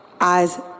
eyes